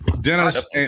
dennis